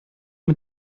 mit